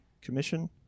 commission